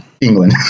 England